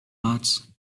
arts